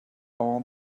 all